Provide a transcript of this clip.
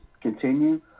continue